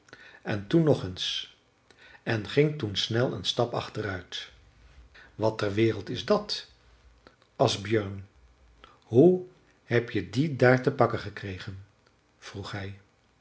en toen nog eens en ging toen snel een stap achteruit wat ter wereld is dat asbjörn hoe heb je die daar te pakken gekregen vroeg hij